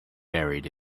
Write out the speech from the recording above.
buried